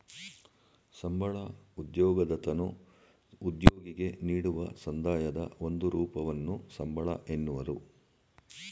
ಸಂಬಳ ಉದ್ಯೋಗದತನು ಉದ್ಯೋಗಿಗೆ ನೀಡುವ ಸಂದಾಯದ ಒಂದು ರೂಪವನ್ನು ಸಂಬಳ ಎನ್ನುವರು